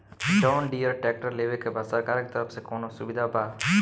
John Deere tractor लेवे के बा सरकार के तरफ से कौनो सुविधा बा?